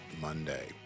Monday